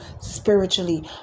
spiritually